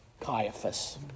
Caiaphas